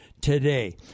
today